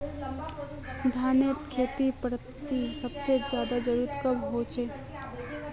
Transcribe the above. धानेर खेतीत पानीर सबसे ज्यादा जरुरी कब होचे?